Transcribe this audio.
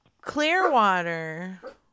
Clearwater